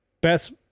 Best